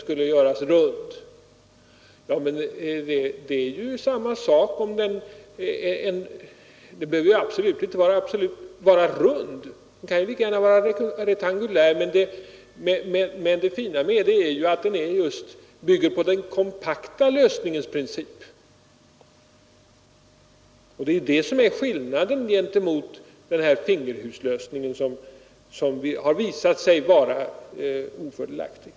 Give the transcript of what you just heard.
Den behöver ju inte absolut vara rund — den kan lika gärna vara rektangulär. Det fina är att den bygger på den kompakta lösningens princip. Det är det som är skillnaden gentemot fingerhuslösningen, som visat sig vara ofördelaktig.